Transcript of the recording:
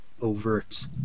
overt